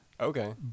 okay